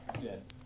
yes